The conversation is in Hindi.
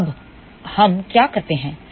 तो अब हम क्या करते हैं